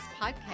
podcast